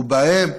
ובהם